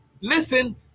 listen